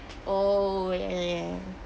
oh ya ya ya ya ya